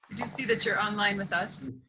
see that you're online with us.